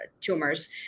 tumors